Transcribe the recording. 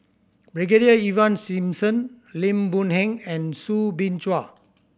Brigadier Ivan Simson Lim Boon Heng and Soo Bin Chua